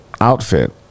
outfit